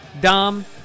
Dom